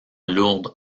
lourdes